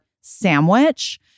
sandwich